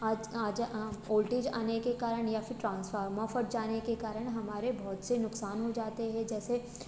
आज आज वोल्टेज आने के कारण या फिर ट्रांसफ़ार्मर फट जाने के कारण हमारे बहुत से नुक़सान हो जाते हैं जैसे